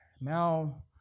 Now